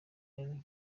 ari